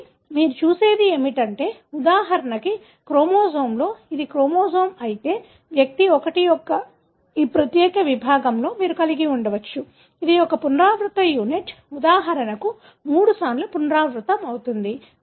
కాబట్టి మీరు చూసేది ఏమిటంటే ఉదాహరణకు క్రోమోజోమ్లో ఇది క్రోమోజోమ్ అయితే వ్యక్తి 1 యొక్క ఈ ప్రత్యేక విభాగంలో మీరు కలిగి ఉండవచ్చు ఇది ఒక పునరావృత యూనిట్ ఉదాహరణకు 3 సార్లు పునరావృతమవుతుంది